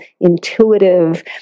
intuitive